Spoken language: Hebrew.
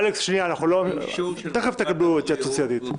אלכס, תיכף תקבלו התייעצות סיעתית.